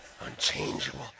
Unchangeable